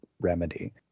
remedy